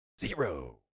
Zero